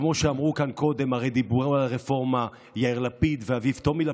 כמו שאמרו כאן קודם: הרי דיברו על הרפורמה יאיר לפיד ואביו טומי לפיד,